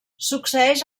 succeeix